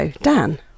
Dan